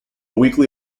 weekly